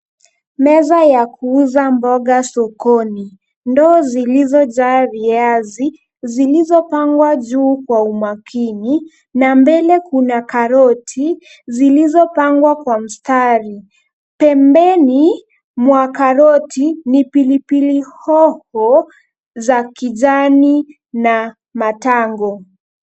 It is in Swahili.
Meza ya kuuza mboga sokoni. Ndoo zilizojaa viazi zilizopangwa juu kwa umakini na mbele kuna karoti zilizopangwa kwa mstari. Pembeni mwa karoti ni pilipili hoho za kijani na matango.